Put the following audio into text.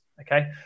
Okay